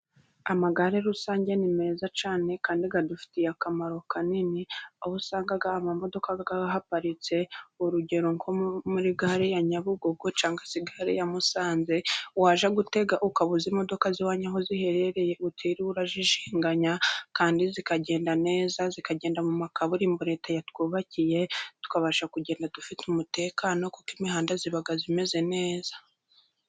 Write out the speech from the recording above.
Amagare rusange ni meza cyane kandi adufitiye akamaro kanini, aho usanga amamodoka ahaparitse urugero: nko muri gare ya Nyabugogo cyangwa se gare ya Musanze, wajya gutega ukabuzi aho imodoka z'iwanyu, ahoze ziherereye utiriwe urajijinganya kandi zikagenda neza zikagenda mu makaburimbo, leta yatwubakiye tukabasha kugenda dufite umutekano, kuko imihanda iba imeze neza.